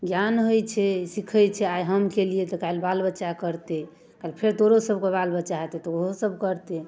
ज्ञान होइ छै सिखै छै आइ हम केलिए तऽ काल्हि बाल बच्चा करतै काल्हि फेर तोरोसभके बाल बच्चा हेतौ तऽ ओहोसभ करतै